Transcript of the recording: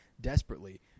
desperately